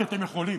כי אתם יכולים,